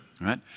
right